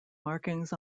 markings